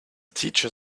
teacher